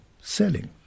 selling